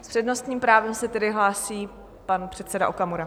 S přednostním právem se tedy hlásí pan předseda Okamura.